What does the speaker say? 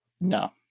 No